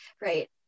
right